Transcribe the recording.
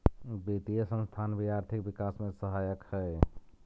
वित्तीय संस्थान भी आर्थिक विकास में सहायक हई